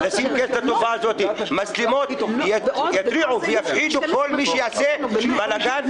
מצלמות יפחידו את כל מי שיעשה בלגן.